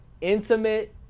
intimate